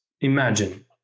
imagine